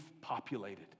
populated